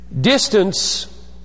Distance